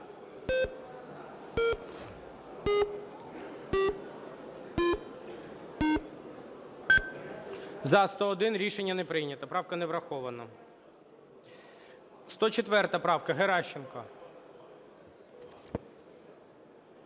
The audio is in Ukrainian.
За-101 Рішення не прийнято. Правка не врахована. 104 правка, Геращенко.